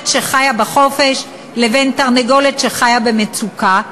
שחיה בחופש לבין תרנגולת שחיה במצוקה,